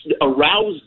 aroused